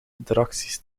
interacties